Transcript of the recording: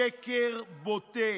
שקר בוטה,